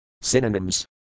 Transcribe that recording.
Synonyms